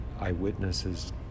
eyewitnesses